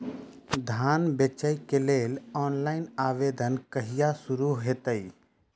धान बेचै केँ लेल ऑनलाइन आवेदन कहिया शुरू हेतइ?